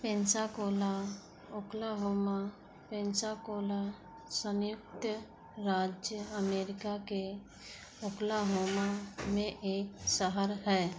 Pensacola Oklahoma Pensacola संयुक्त राज्य America के ओक्लाहोमा में एक शहर है